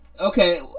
Okay